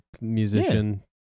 musician